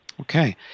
Okay